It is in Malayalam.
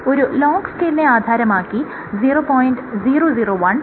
ഒരു ലോഗ് സ്കെയിലിനെ ആധാരമാക്കി 0